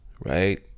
right